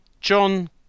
John